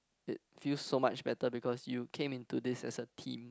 it feels so much better because you came into this as a team